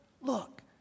look